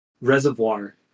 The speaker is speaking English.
reservoir